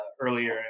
earlier